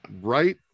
Right